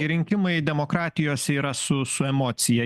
rinkimai demokratijose yra su su emocija